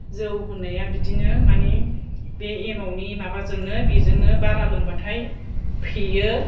जौ होननाया बिदिनो मानि बे एमावनि माबाजोंनो बेजोंनो बारा लोंबाथाय फेयो